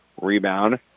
Rebound